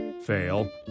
fail